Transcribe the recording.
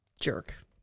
jerk